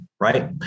Right